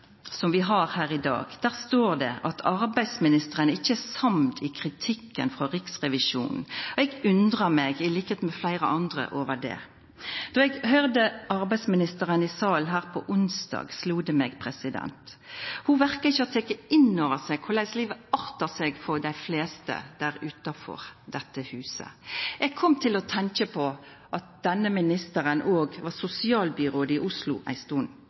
som vi har her i dag, står det at arbeidsministeren ikkje er samd i kritikken frå Riksrevisjonen. Eg undrar meg, til liks med fleire andre, over det. Då eg høyrde arbeidsministeren i salen her på onsdag, slo det meg at ho verka ikkje å ha teke inn over seg korleis livet artar seg for dei fleste utanfor dette huset. Eg kom til å tenkja på at denne ministeren òg var sosialbyråd i Oslo ei